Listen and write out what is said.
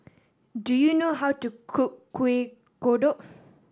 do you know how to cook Kueh Kodok